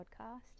podcast